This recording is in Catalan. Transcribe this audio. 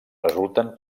resulten